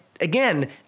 again